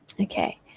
okay